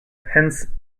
hence